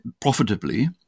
profitably